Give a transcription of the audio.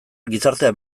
gizartea